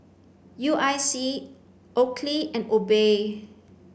U I C Oakley and Obey